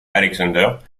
alexander